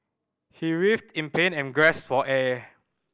he writhed in pain and for air